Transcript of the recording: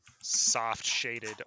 soft-shaded